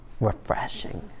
refreshing